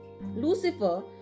Lucifer